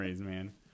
man